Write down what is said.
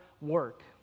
work